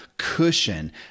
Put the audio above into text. cushion